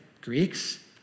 Greeks